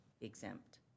exempt